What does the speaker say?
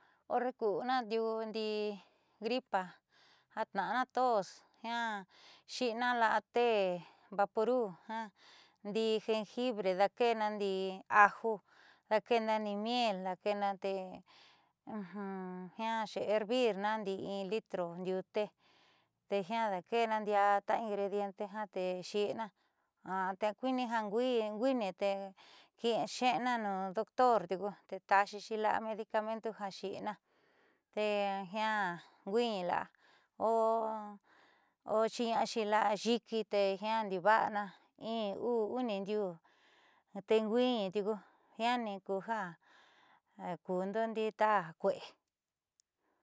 Horre ku'una ndiuu ndii gripa ja tna'ana tos jiaa xi'ina la'a tee vaporu ja ndi'i jenjibre daake'ena ndii ajo daake'ena ndii miel daake'ena tee jiaa xehervirna ndii in litro ndiute tee jiaa daake'ena ndiiá ta ingrediente te xi'ina tee akui'ini ja nkuiini xe'ena nuu doctor tiuku ta'axixi la'a medicamente ja xi'ina tee jiaa nkuiiñi la'a o chiiña'axi la'a yiki te jiaa ndiuva'ana in, uu, uni ndiuu tee kuiin tiuku jiaani kuja kuundo ndii tajkue'e.